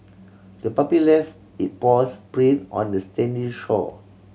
the puppy left it paws print on the sandy shore